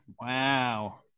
wow